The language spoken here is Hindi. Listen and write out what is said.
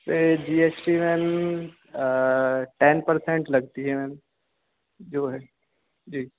इस पर G S T ma'am ten percent लगती है मैम जो है जी